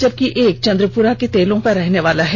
जबकि एक चंद्रप्रा के तेलों का रहने वाला है